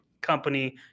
company